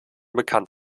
bekannt